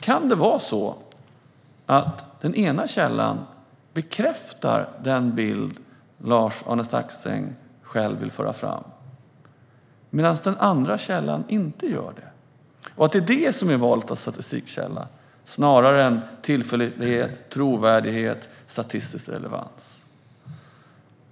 Kan det vara så att den ena källan bekräftar den bild som Lars-Arne Staxäng vill föra fram medan den andra inte gör det? Ligger detta bakom valet av statistikkälla snarare än tillförlitlighet, trovärdighet och statistisk relevans?